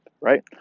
right